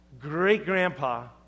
great-grandpa